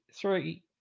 three